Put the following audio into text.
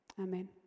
amen